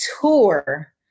tour